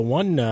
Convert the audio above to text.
one